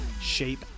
shape